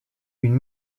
une